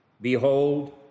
Behold